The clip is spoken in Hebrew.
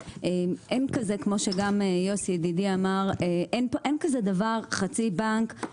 כמו שגם יוסי ידידי אמר, אין כזה דבר חצי בנק.